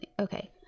Okay